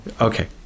Okay